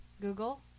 Google